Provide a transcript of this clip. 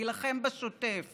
להילחם בשוטף